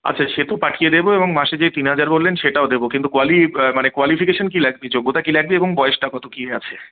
আচ্ছা সে তো পাঠিয়ে দেবো এবং মাসে যে তিন হাজার বললেন সেটাও দেবো কিন্তু মানে কোয়ালিফিকেশান কী লাগবে যোগ্যতা কী লাগবে এবং বয়সটা কত কী আছে